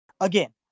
Again